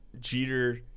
Jeter